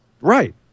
Right